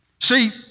See